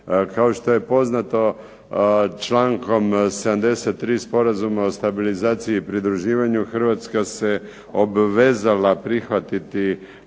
Kao što je poznato, člankom 73. sporazuma o stabilizaciji i pridruživanju Hrvatska se obvezala prihvatiti